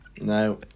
No